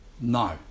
No